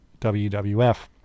WWF